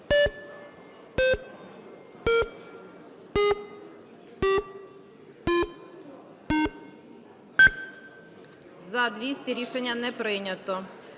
За-219 Рішення не прийнято.